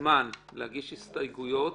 זמן להגיש הסתייגויות,